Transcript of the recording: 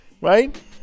right